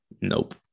Nope